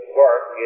work